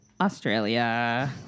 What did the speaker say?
Australia